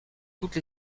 toutes